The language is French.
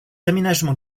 aménagements